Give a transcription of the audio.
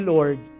Lord